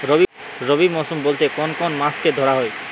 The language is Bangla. রবি মরশুম বলতে কোন কোন মাসকে ধরা হয়?